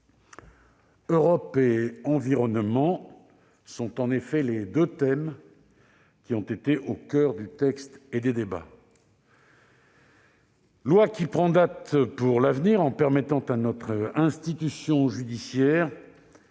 L'Europe et l'environnement, tels sont les deux thèmes qui ont été au coeur du texte et des débats. Cette loi prend date pour l'avenir, en permettant à notre institution judiciaire